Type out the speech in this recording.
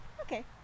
Okay